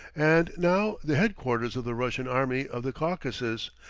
and now the head-quarters of the russian army of the caucasus,